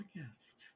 podcast